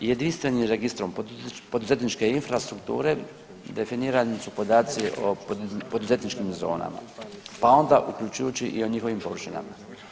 Jedinstvenim registrom poduzetničke infrastrukture definirani su podaci o poduzetničkim zonama pa onda uključujući i njihovim površinama.